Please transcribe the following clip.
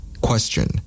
Question